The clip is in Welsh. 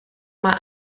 mae